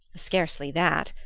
scarcely that,